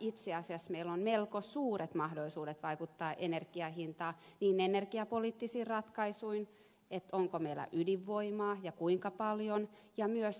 itse asiassa meillä on melko suuret mahdollisuudet vaikuttaa energian hintaan niin energiapoliittisin ratkaisuin onko meillä ydinvoimaa ja kuinka paljon kuin myös energiaveroratkaisuin